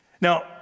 Now